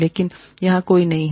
लेकिन यहां कोई नहीं है